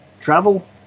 travel